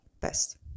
best